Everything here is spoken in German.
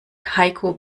heiko